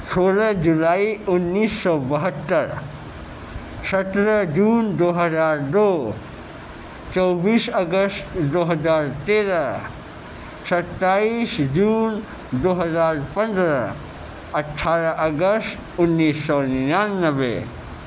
سولہ جولائی انیس سو بہتر سترہ جون دو ہزار دو چوبیس اگست دو ہزار تیرہ ستائیس جون دو ہزار پندرہ اٹھارہ اگست انیس سو نینیانوے